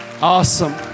Awesome